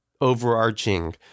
overarching